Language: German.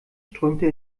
strömte